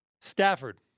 Stafford